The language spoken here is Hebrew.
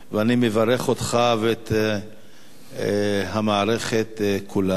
ואני מברך אותך ואת המערכת כולה.